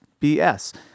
BS